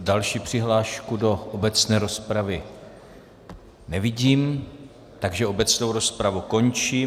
Další přihlášku do obecné rozpravy nevidím, takže obecnou rozpravu končím.